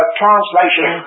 translation